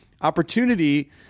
opportunity